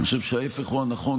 אני חושב שההפך הוא הנכון.